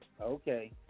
okay